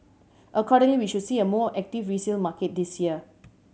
accordingly we should see a more active resale market this year